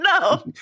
No